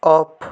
off